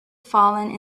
fallen